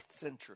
century